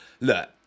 Look